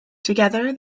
together